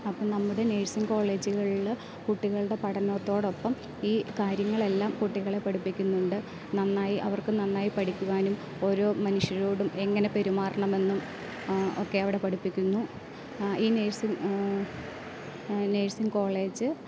അപ്പം നമ്മുടെ നേഴ്സിംഗ് കോളേജുകളില് കുട്ടികളുടെ പഠനത്തോടൊപ്പം ഈ കാര്യങ്ങളെല്ലാം കുട്ടികളെ പഠിപ്പിക്കുന്നുണ്ട് നന്നായി അവർക്ക് നന്നായി പഠിക്കുവാനും ഓരോ മനുഷ്യരോടും എങ്ങനെ പെരുമാറണമെന്നും ഒക്കെ അവിടെ പഠിപ്പിക്കുന്നു ഈ നേഴ്സിങ് നേഴ്സിങ് കോളേജ്